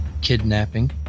kidnapping